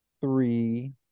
three